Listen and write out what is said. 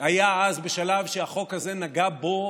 היה אז בשלב שהחוק הזה נגע בו